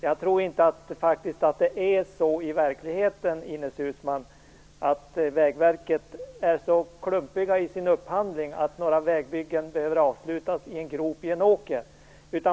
Jag tror faktiskt inte, Ines Uusmann, att man på Vägverket är så klumpig i sin upphandling att vägbyggen behöver avslutas i en grop i en åker.